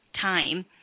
time